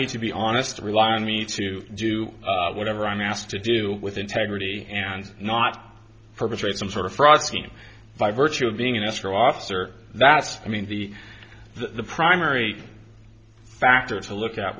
me to be honest and rely on me to do whatever i'm asked to do with integrity and not perpetrate some sort of fraud scheme by virtue of being in escrow officer that's i mean the the primary factor to look